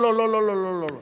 לא, לא, לא.